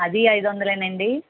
అది అయిదు వందలేనండి